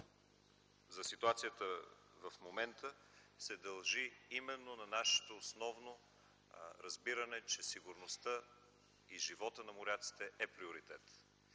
за ситуацията в момента се дължи именно на нашето основно разбиране, че сигурността и живота на моряците е приоритет.